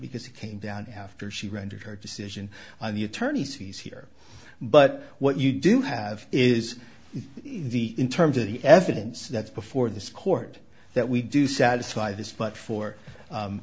because he came down after she rendered her decision on the attorney's fees here but what you do have is in terms of the evidence that's before this court that we do satisfy this but for